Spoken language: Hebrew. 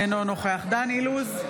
אינו נוכח דן אילוז,